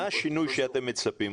מה השינוי שאתם מצפים?